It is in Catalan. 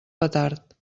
petard